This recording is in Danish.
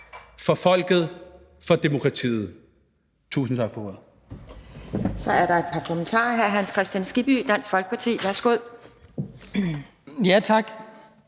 for folket, for demokratiet. Tusind tak for ordet.